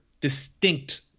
distinct